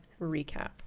recap